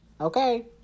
Okay